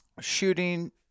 shooting